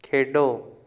ਖੇਡੋ